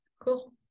Cool